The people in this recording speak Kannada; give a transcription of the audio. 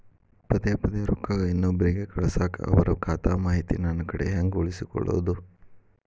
ಪದೆ ಪದೇ ರೊಕ್ಕ ಇನ್ನೊಬ್ರಿಗೆ ಕಳಸಾಕ್ ಅವರ ಖಾತಾ ಮಾಹಿತಿ ನನ್ನ ಕಡೆ ಹೆಂಗ್ ಉಳಿಸಿಕೊಳ್ಳೋದು?